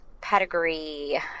pedigree